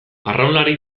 arraunlari